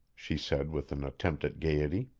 she said with an attempt at gaiety.